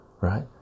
right